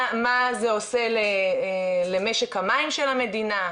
מה זה עושה למשק המים של המדינה,